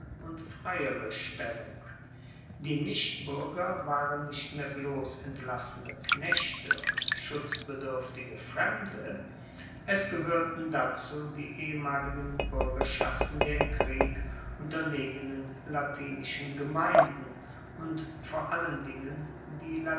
und freiere stellung die nichtbuerger waren nicht mehr bloss entlassene knechte und schutzbeduerftige fremde es gehoerten dazu die ehemaligen buergerschaften der im krieg unterlegenen latinischen gemeinden und vor allen dingen die